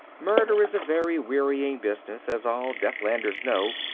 murder is a very wearing business, as all deathlanders know,